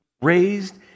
raised